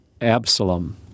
Absalom